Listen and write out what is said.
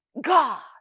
God